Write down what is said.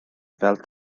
fel